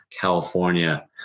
california